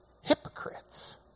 hypocrites